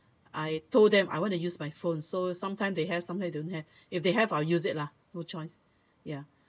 I told them I want to use my phone so sometimes they have sometimes don't have if they have I'll use it lah no choice ya so